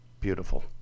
beautiful